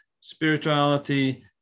spirituality